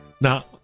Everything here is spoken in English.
Now